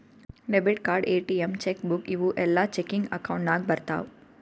debit card, ATM, cheque book ಇವೂ ಎಲ್ಲಾ checking account ನಾಗ್ ಬರ್ತಾವ್